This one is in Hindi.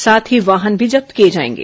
साथ ही वाहन भी जब्त किए जाएंगे